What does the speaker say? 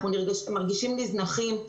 מרגישים נזנחים.